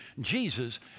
Jesus